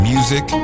Music